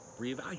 reevaluate